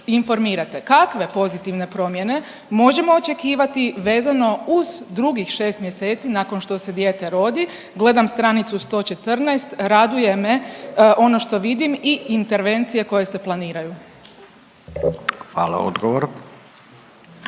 kakve pozitivne promjene možemo očekivati vezano uz drugih šest mjeseci nakon što se dijete rodi? Gledam stranicu 114 raduje me ono što vidim i intervencije koje se planiraju. **Radin,